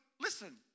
listen